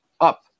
up